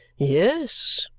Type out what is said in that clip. yes,